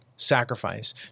sacrifice